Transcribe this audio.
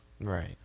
Right